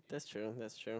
that's true that's true